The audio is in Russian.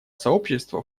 сообщества